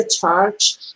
charge